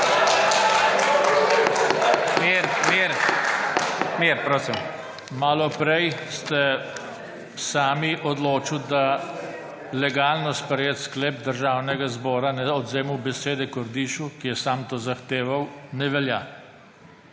JOŽE TANKO (PS SDS): Malo prej ste sami odločili, da legalno sprejet sklep Državnega zbora o odvzemu besede Kordišu, ki je sam to zahteval, ne velja.